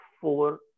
four